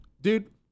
Dude